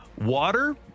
Water